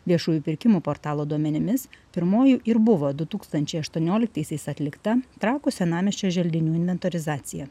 viešųjų pirkimų portalo duomenimis pirmoji ir buvo du tūkstančiai aštuonioliktaisiais atlikta trakų senamiesčio želdinių inventorizacija